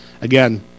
Again